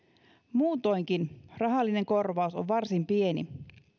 muutoinkin rahallinen korvaus on varsin pieni